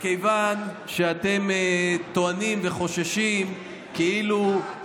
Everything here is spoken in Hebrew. מכיוון שאתם טוענים וחוששים כאילו,